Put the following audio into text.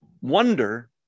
wonder